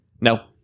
No